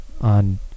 on